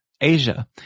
Asia